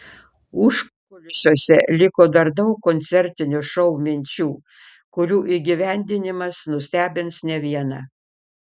užkulisiuose liko dar daug koncertinio šou minčių kurių įgyvendinimas nustebins ne vieną